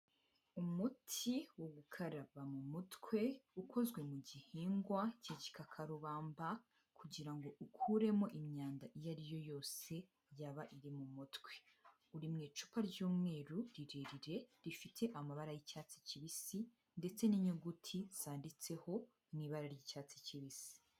Umuti wo gukaraba mu mutwe ukozwe mu gihingwa cy'igikakarubamba kugira ngo ukuremo imyanda iyo ari yo yose yaba iri mu mutwe, uri mu icupa ry'umweru rirerire rifite amabara y'icyatsi kibisi ndetse n'inyuguti zanditseho mu ibara ry'icyatsi kibisi.